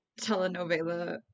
telenovela